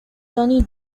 sonny